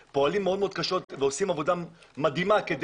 פיירברג פועלים ועושים עבודה מדהימה כדי